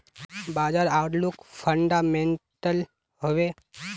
बाजार outlook fundamental हैवै?